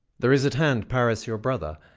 there is at hand paris your brother,